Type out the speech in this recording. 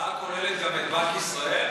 ההצעה כוללת גם את בנק ישראל?